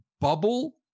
bubble